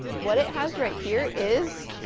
what it has right here is,